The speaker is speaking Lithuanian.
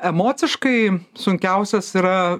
emociškai sunkiausias yra